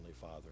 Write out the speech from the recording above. Father